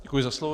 Děkuji za slovo.